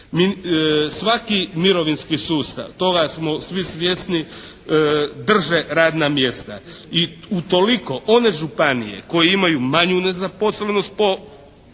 Svaki mirovinski sustav toga smo svi svjesni drže radna mjesta i utoliko one županije koje imaju manju nezaposlenost po